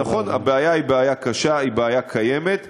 נכון, הבעיה היא בעיה קשה, היא בעיה קיימת.